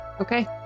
Okay